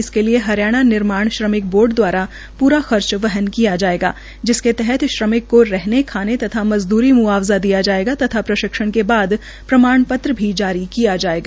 इसके लिए हरियाणा निर्माण श्रमिक बोर्ड दवारा पूरा खर्च वहन किया जाएगा जिसके तहत श्रमिक को रहने खाने तथा मजदूरी मुआवजा दिया जाएगा तथा प्रशिक्षण के बाद प्रमाण पत्र जारी किया जाएगा